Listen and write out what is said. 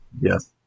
Yes